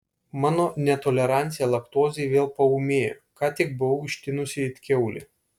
mano netolerancija laktozei vėl paūmėjo ką tik buvau ištinusi it kiaulė